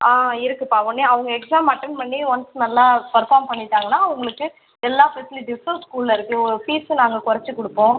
ஆமாம் இருக்குது பா உடனே அவங்க எக்ஸாம் அட்டென்ட் பண்ணி ஒன்ஸ் நல்லா பெர்ஃபார்ம் பண்ணிட்டாங்கன்னால் அவர்களுக்கு எல்லா ஃபெசிலிட்டிஸூம் ஸ்கூலில் இருக்குது ஃபீஸூம் நாங்கள் கொறைச்சு கொடுப்போம்